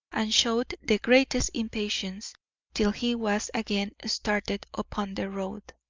and showed the greatest impatience till he was again started upon the road.